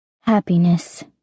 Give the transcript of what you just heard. Happiness